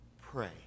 pray